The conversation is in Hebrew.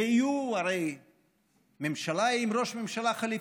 והרי יהיו ממשלה עם ראש ממשלה חליפי.